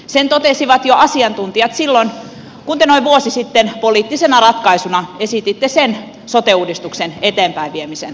sen totesivat asiantuntijat jo silloin kun te noin vuosi sitten poliittisena ratkaisuna esititte sen sote uudistuksen eteenpäin viemisen vaihtoehdoksi